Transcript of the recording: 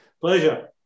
Pleasure